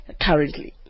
currently